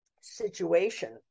situation